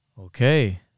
Okay